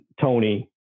Tony